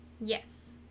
Yes